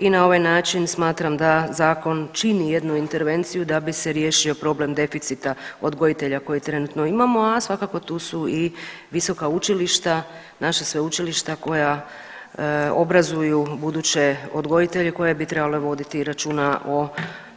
I na ovaj način smatram da zakon čini jednu intervenciju da bi se riješio problem deficita odgojitelja koji trenutno imamo, a svakako tu su i visoka učilišta, naša sveučilišta koja obrazuju buduće odgojitelja koja bi trebala voditi računa o